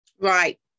Right